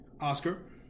Oscar